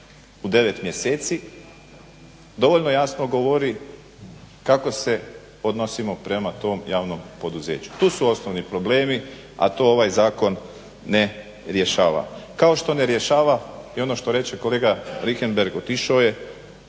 u 9 mjeseci dovoljno jasno govori kako se odnosimo prema tom javnom poduzeću. Tu su osnovni problemi a to ovaj zakon ne rješava. Kao što ne rješava i ono što reče kolega Richembergh otišao je